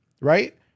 right